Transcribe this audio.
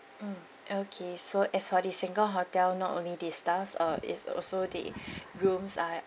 hmm okay so as for this single hotel not only the staff uh it's also the rooms are